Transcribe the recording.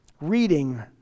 reading